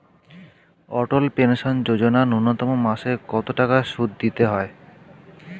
অটল pension Yojana ন্যূনতম মাসে কত টাকা সুধ দিতে হয়?